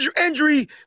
injury